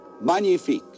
Magnifique